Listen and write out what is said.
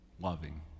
loving